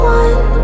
one